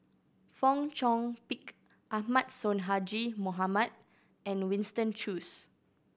Fong Chong Pik Ahmad Sonhadji Mohamad and Winston Choos